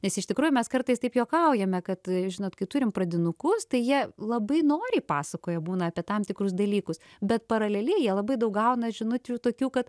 nes iš tikrųjų mes kartais taip juokaujame kad žinot kai turim pradinukus tai jie labai noriai pasakoja būna apie tam tikrus dalykus bet paraleliai jie labai daug gauna žinučių tokių kad